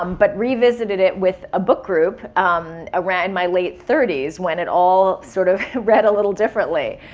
um but revisited it with a book group around my late thirty s when it all sort of read a little differently.